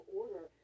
order